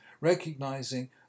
recognizing